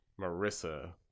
Marissa